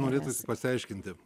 norėtųsi pasiaiškinti